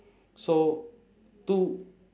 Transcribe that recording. so two